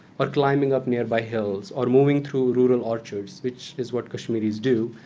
or climbing up nearby hills, or moving through rural orchards, which is what kashmiris do,